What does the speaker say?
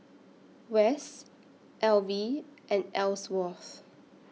West Elvie and Elsworth